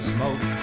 smoke